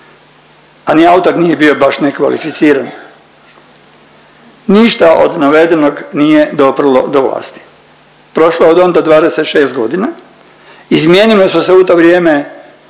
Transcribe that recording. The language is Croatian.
a ni autor nije baš bio nekvalificiran, ništa od navedenog nije doprlo do vlasti. Prošlo je od onda 26 godina, izmijenile su se u to vrijeme